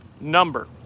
number